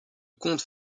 comte